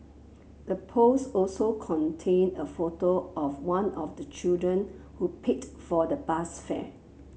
the post also contained a photo of one of the children who paid for the bus fare